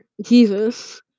Jesus